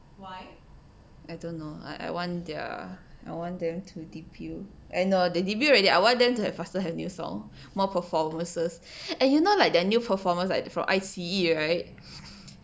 I don't know I I want their I want them to debut eh no they debut already I want them to have faster have new song more performances and you know like their new performance like from I_C_E right